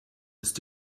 ist